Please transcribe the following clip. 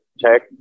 check